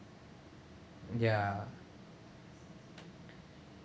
ya